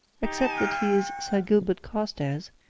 except that he is sir gilbert carstairs,